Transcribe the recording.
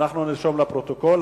אנחנו נרשום לפרוטוקול,